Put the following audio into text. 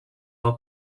are